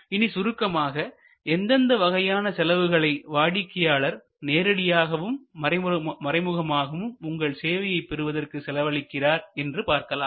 இனி சுருக்கமாக எந்தெந்த வகையான செலவுகளை வாடிக்கையாளர் நேரடியாகவும் மறைமுகமாகவும் உங்கள் சேவையைப் பெறுவதற்கு செலவழிக்கிறார் என்று பார்க்கலாம்